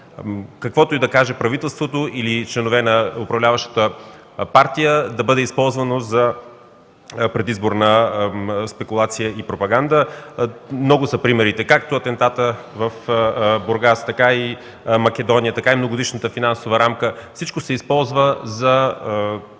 каквото и да каже правителството или членове на управляващата партия, да бъде използвано за предизборна спекулация и пропаганда. Много са примерите като атентатът в Бургас, така и Македония, така и Многогодишната финансова рамка – всичко се използва за предизборни спекулации.